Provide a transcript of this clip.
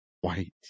White